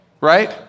right